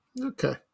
Okay